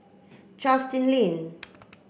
Justin Lean